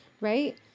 right